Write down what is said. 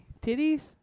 Titties